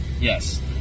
Yes